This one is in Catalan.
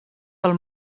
del